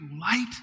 light